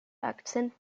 akzent